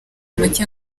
make